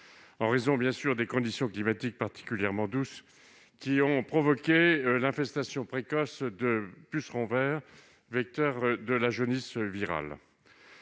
en raison de conditions climatiques particulièrement douces qui ont provoqué l'infestation précoce de pucerons verts, vecteurs de la jaunisse virale.